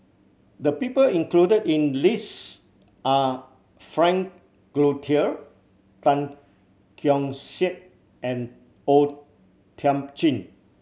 the people included in the list are Frank Cloutier Tan Keong Saik and O Thiam Chin